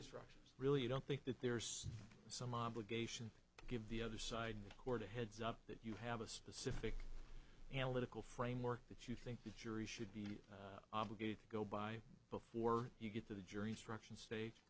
instructions really you don't think that there's some obligation to give the other side in the court a heads up that you have a specific analytical framework that you think the jury should be obligated to go by before you get to the jury instructions s